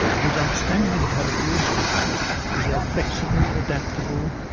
whose outstanding characteristic is their flexible, adaptable,